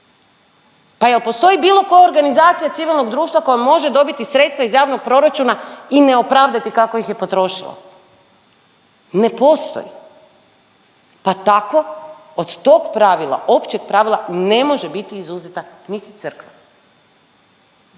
Pa jel postoji bilo koja organizacija civilnog društva koja može dobiti sredstva iz javnog proračuna i ne opravdati kako ih je potrošila. Ne postoji. Pa tako od tog pravila, općeg pravila ne može biti izuzeta niti crkva.